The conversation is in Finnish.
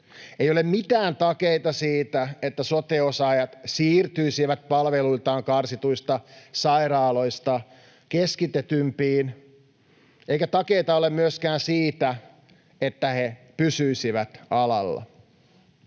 Ei ole mitään takeita siitä, että sote-osaajat siirtyisivät palveluiltaan karsituista sairaaloista keskitetympiin, eikä takeita ole myöskään siitä, että he pysyisivät alalla.